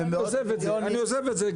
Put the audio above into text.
אני עוזב את זה.